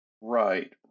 right